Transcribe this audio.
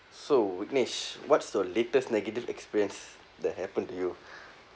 so nish what's your latest negative experience that happen to you